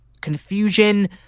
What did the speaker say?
confusion